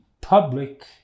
public